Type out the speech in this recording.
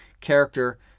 character